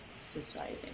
society